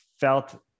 felt